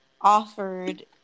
offered